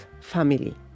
family